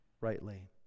rightly